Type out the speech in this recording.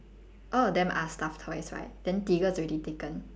all of them are stuffed toys right then tigger is already taken